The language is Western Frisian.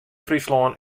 fryslân